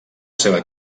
seva